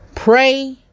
Pray